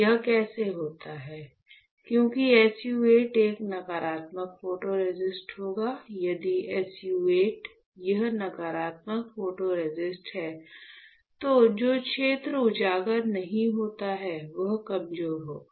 यह कैसे होता है क्योंकि SU 8 एक नकारात्मक फोटोरेसिस्ट होगा यदि SU 8 यह नकारात्मक फोटोरेसिस्ट है तो जो क्षेत्र उजागर नहीं होता है वह कमजोर होगा